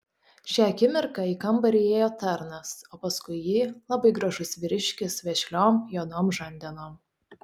šią akimirką į kambarį įėjo tarnas o paskui jį labai gražus vyriškis vešliom juodom žandenom